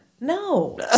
no